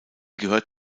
gehört